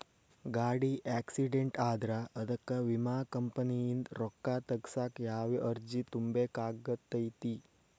ಗಾಡಿ ಆಕ್ಸಿಡೆಂಟ್ ಆದ್ರ ಅದಕ ವಿಮಾ ಕಂಪನಿಯಿಂದ್ ರೊಕ್ಕಾ ತಗಸಾಕ್ ಯಾವ ಅರ್ಜಿ ತುಂಬೇಕ ಆಗತೈತಿ?